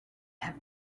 have